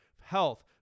health